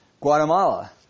Guatemala